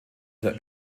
der